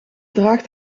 draagt